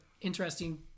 interesting